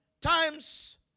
times